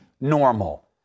normal